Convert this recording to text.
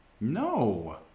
No